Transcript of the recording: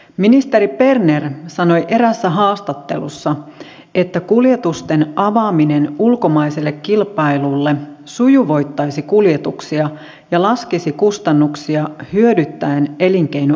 ministeri berner sanoi eräässä haastattelussa että kuljetusten avaaminen ulkomaiselle kilpailulle sujuvoittaisi kuljetuksia ja laskisi kustannuksia hyödyttäen elinkeinoelämää